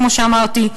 כמו שאמרתי,